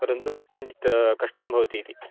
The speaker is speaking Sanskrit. परन्तु किञ्चित् कष्टं भवति इति